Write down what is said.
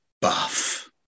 buff